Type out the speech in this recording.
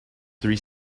three